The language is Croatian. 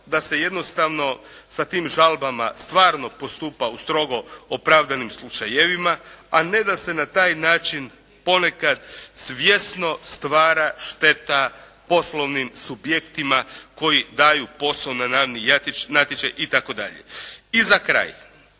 da se jednostavno sa tim žalbama stvarno postupa u strogo opravdanim slučajevima, a ne da se na taj način ponekad svjesno stvara šteta poslovnim subjektima koji daju posao na javni natječaj itd. I za kraj.